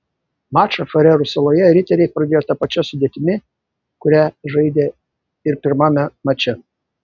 mačą farerų saloje riteriai pradėjo ta pačia sudėtimi kuria žaidė ir pirmame mače